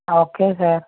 okay sir